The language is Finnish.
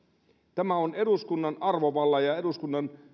tämä on eduskunnan arvovallan ja eduskunnan